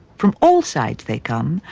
from all sides they come.